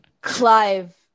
Clive